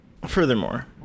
Furthermore